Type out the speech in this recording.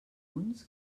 punts